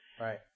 Right